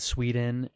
Sweden